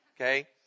okay